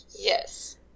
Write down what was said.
Yes